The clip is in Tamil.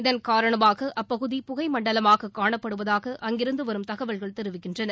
இதன் காரணமாக அப்பகுதி புகைமண்டலமாக காணப்படுவதாக அங்கிருந்து வரும ஃதகவல்கள் தெரிவிக்கின்றன